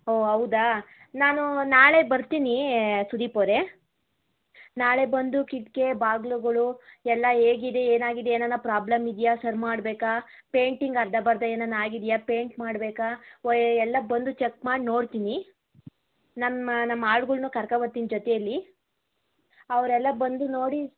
ಓಹ್ ಔದಾ ನಾನು ನಾಳೆ ಬರ್ತೀನಿ ಸುದೀಪ್ ಅವರೇ ನಾಳೆ ಬಂದು ಕಿಟ್ಕಿ ಬಾಗಿಲುಗಳು ಎಲ್ಲ ಹೇಗಿದೆ ಏನಾಗಿದೆ ಏನಾರಾ ಪ್ರಾಬ್ಲಮ್ ಇದೆಯಾ ಸರಿ ಮಾಡಬೇಕಾ ಪೇಂಟಿಂಗ್ ಅರ್ಧಂಬರ್ದ ಏನಾರಾ ಆಗಿದೆಯಾ ಪೇಂಟ್ ಮಾಡಬೇಕಾ ವೈ ಎಲ್ಲ ಬಂದು ಚಕ್ ಮಾಡಿ ನೋಡ್ತೀನಿ ನಮ್ಮ ನಮ್ಮ ಆಳುಗಳ್ನೂ ಕರ್ಕೋ ಬರ್ತೀನ್ ಜೊತೆಯಲ್ಲಿ ಅವರೆಲ್ಲ ಬಂದು ನೋಡಿ